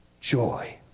joy